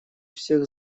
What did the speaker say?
всех